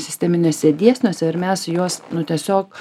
sisteminėse dėsniuose ir mes juos nu tiesiog